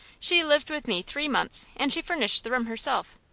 she lived with me three months, and she furnished the room herself.